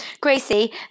Gracie